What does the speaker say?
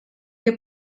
que